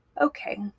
Okay